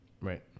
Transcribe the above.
right